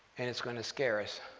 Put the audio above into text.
and it's going to scare us.